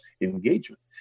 engagement